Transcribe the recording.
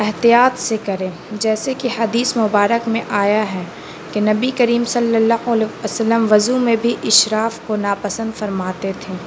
احتیاط سے کریں جیسے کہ حدیث مبارک میں آیا ہے کہ نبی کریم صلی اللہ وسلم وضو میں بھی اشراف کو ناپسند فرماتے تھے